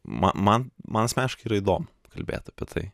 ma man man asmeniškai yra įdomu kalbėt apie tai